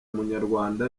munyarwanda